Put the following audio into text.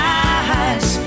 eyes